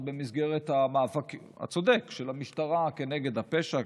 במסגרת המאבק הצודק של המשטרה כנגד הפשע,